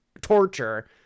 torture